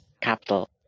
capital